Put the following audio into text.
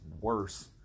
worse